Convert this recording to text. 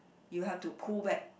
you have to pull back